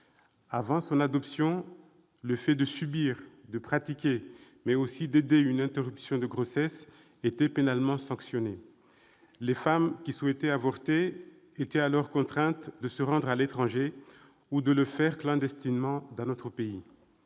Avant son adoption, subir, pratiquer ou aider une interruption de grossesse étaient pénalement sanctionnés. Les femmes qui souhaitaient avorter étaient alors contraintes de se rendre à l'étranger ou de le faire clandestinement. On dénombrait